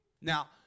Now